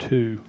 Two